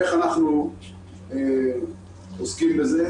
איך אנחנו עוסקים בזה.